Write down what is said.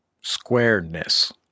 squareness